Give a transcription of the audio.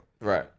Right